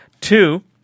Two